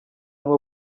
nko